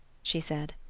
she said.